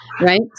Right